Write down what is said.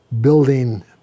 building